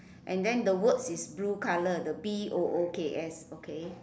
and then the words is blue colour the b o o k s okay